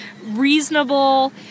reasonable